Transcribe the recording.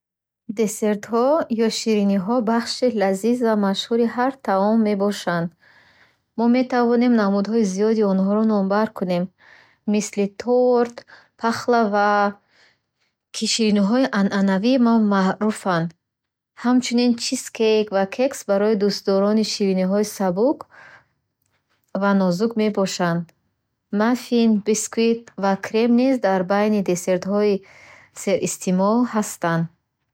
Дисертҳо ё шириниҳо бахши лазизи ҳар таои мебошан. Мо метавонем намудҳои зиёди онҳоро номбар кунем. Мисли тор, пахлава, ки шириниҳои анъанавӣ машҳуранд. Ҳамчунин чискейк ва кекс барои дӯстдорони шириниҳои сабук ва нозук мебошанд. Мафин, бисквит ва крем низ дар байни десертҳои серистеъмол ҳастанд.